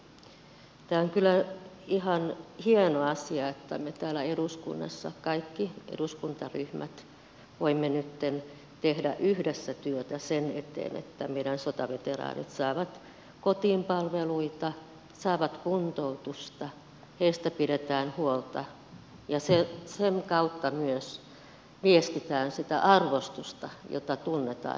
tämä on kyllä ihan hieno asia että me täällä eduskunnassa kaikki eduskuntaryhmät voimme nytten tehdä yhdessä työtä sen eteen että meidän sotaveteraanit saavat kotiin palveluita saavat kuntoutusta heistä pidetään huolta ja sen kautta myös viestitään sitä arvostusta jota tunnetaan heitä kohtaan